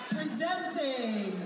Presenting